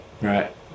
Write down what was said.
Right